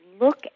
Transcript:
look